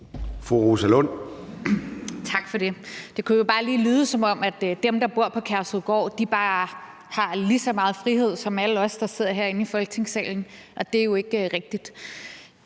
Rosa Lund (EL): Tak for det. Det kunne jo bare lige lyde, som om dem, der bor på Kærshovedgård, bare har lige så meget frihed som alle os, der sidder herinde i Folketingssalen, og det er jo ikke rigtigt.